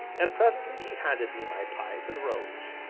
and, presently, he handed me my pipe, and rose.